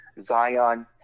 Zion